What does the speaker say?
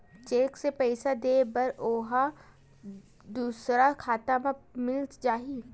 Cheque से पईसा दे बर ओहा दुसर खाता म मिल जाही?